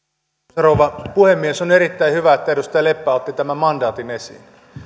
rouva puhemies on erittäin hyvä että edustaja leppä otti tämän mandaatin esiin